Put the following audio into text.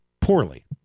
poorly